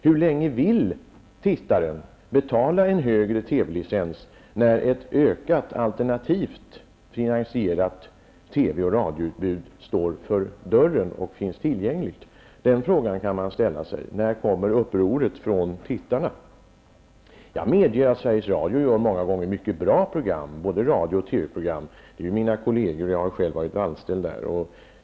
Hur länge vill tittarna betala en högre TV-licens när ett ökat alternativfinansierat TV och radioutbud står för dörren och finns tillgängligt? Den frågan kan man ställa sig. Och när kommer upproret från tittarna? Jag medger att Sveriges Radio många gånger gör mycket bra radio och TV-program. Det är ju mina kolleger, jag har själv varit anställd där.